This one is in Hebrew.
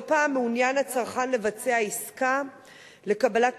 לא פעם מעוניין הצרכן לבצע עסקה לקבלת